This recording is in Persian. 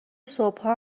صبحها